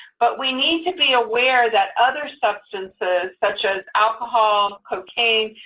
but we need to be aware that other substances, such as alcohol, cocaine,